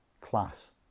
class